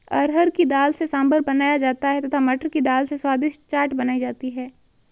अरहर की दाल से सांभर बनाया जाता है तथा मटर की दाल से स्वादिष्ट चाट बनाई जाती है